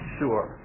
sure